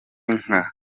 nka